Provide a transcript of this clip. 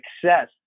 success